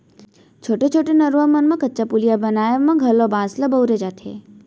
छोटे छोटे नरूवा मन म कच्चा पुलिया बनाए म घलौ बांस ल बउरे जाथे